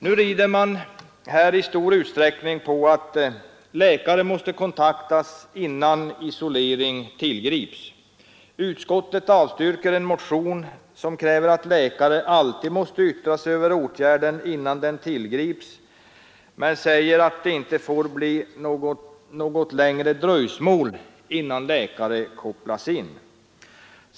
Nu rider man på att läkare måste kontaktas innan isolering tillgrips. Utskottet avstyrker en motion där det krävs att läkare alltid skall yttra sig över åtgärden innan den tillgrips, men säger att det inte får bli något längre dröjsmål innan läkare kopplas in.